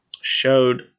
showed